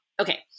Okay